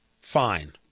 fine